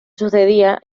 sucedía